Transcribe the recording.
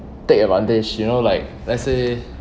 take advantage you know like let's say